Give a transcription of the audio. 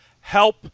help